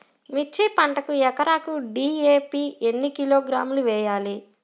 మిర్చి పంటకు ఎకరాకు డీ.ఏ.పీ ఎన్ని కిలోగ్రాములు వేయాలి?